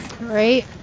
Right